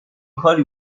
کاری